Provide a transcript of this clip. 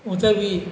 உதவி